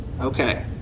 Okay